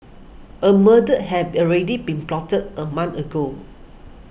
a murder had already been plotted a month ago